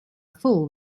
full